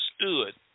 stood